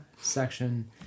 section